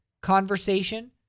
conversation